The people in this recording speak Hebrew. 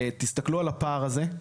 תסתכלו על הפער הזה: